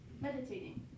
meditating